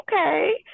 okay